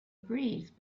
breeze